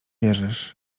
wierzysz